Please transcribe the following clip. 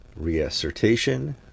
reassertation